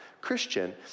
Christian